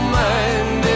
mind